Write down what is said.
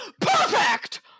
perfect